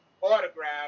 autograph